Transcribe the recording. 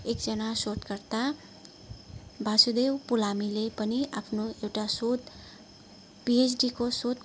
एकजना शोधकर्ता वासुदेव पुलामीले पनि आफ्नो एउटा शोध पिएच्डीको शोध